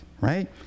Right